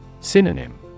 Synonym